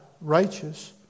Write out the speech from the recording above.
righteous